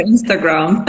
Instagram